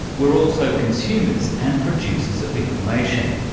we're also consumers and producers of information.